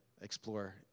explore